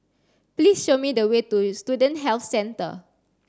please show me the way to Student Health Centre